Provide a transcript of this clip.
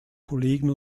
kollegen